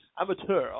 amateur